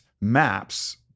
maps